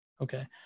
Okay